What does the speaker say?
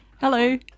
Hello